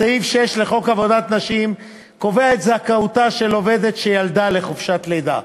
סעיף 6 לחוק עבודת נשים קובע את זכאותה של עובדת שילדה לחופשת לידה.